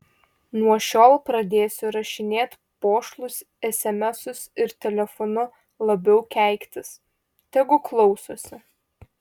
nuo šiol pradėsiu rašinėt pošlus esemesus ir telefonu labiau keiktis tegu klausosi